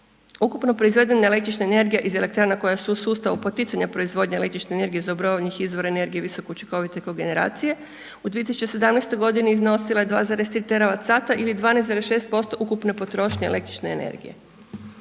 Ukupnu proizvedenu električne energije iz elektrana koje su u sustavu poticanja proizvodnje električne energije iz obnovljivih izvora energije visokoučinkovitije kogeneracije u 2017.g. iznosila je 2,3…/Govornik se ne razumije/…ili 12,6% ukupne potrošnje električne energije.